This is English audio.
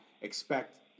expect